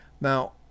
now